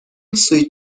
سویت